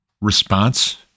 response